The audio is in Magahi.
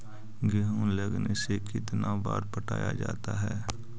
गेहूं लगने से कितना बार पटाया जाता है?